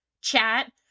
chat